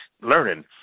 learning